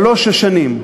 שלוש השנים.